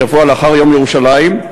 שבוע לאחר יום ירושלים,